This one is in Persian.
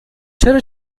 چرا